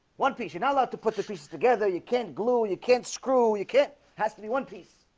one piece you not allowed to put the pieces together you can't glue you can't screw. you can't has to be one piece